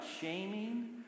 shaming